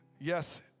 yes